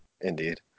Indeed